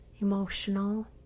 emotional